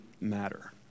matter